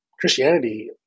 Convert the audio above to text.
Christianity